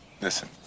Listen